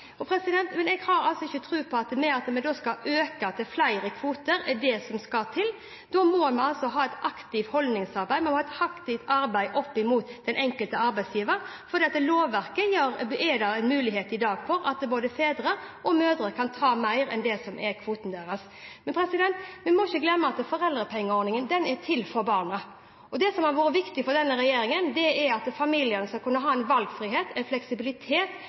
som skal til. Da må vi ha et aktivt holdningsarbeid, vi må ha et aktivt arbeid opp mot den enkelte arbeidsgiver, for i lovverket er det i dag en mulighet for at både fedre og mødre kan ta mer enn det som er kvoten deres. Men vi må ikke glemme at foreldrepengeordningen er til for barna. Det som har vært viktig for denne regjeringen, er at familiene skal kunne ha en valgfrihet, en fleksibilitet,